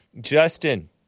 Justin